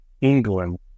England